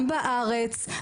גם בארץ,